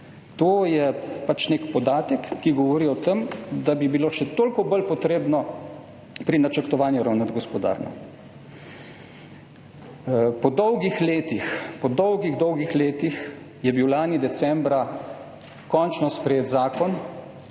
To je pač nek podatek, ki govori o tem, da bi bilo še toliko bolj potrebno pri načrtovanju ravnati gospodarno. Po dolgih letih, po dolgih dolgih letih je bil lani decembra končno sprejet zakon,